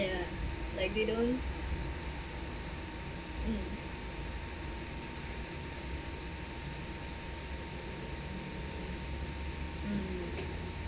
ya like they don't mm mm